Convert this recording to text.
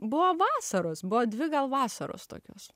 buvo vasaros buvo dvi gal vasaros tokios